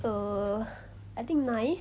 err I think nine